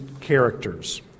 characters